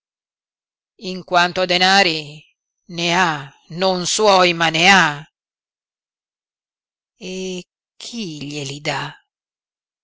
in quanto a denari ne ha non suoi ma ne ha e chi glieli dà